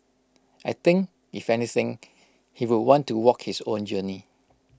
I think if anything he would want to walk his own journey